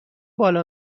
بالا